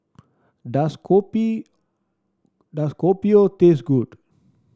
does kopi does Kopi O taste good